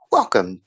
Welcome